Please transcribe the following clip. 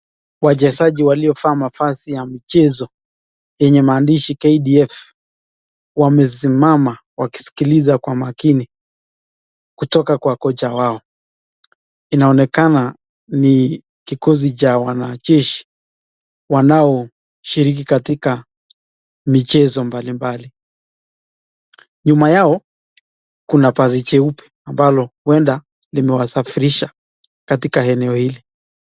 Wachezaji waliovaa mavazi ya michezo yenye maandishi 'KDF', wamesimama na kusikiliza kwa maakini kutoka kwa kocha wao. Inaonekana ni kikosi cha wanajeshi wanaoshiriki katika michezo mbalimbali. Nyuma yao kuna basi cheupe ambalo huenda limewasafirisha katika eneo hili.